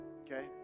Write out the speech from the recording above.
Okay